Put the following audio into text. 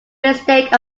mistake